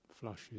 Flushes